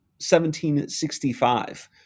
1765